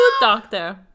doctor